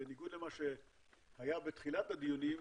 בניגוד למה שהיה בתחילת הדיונים,